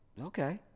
okay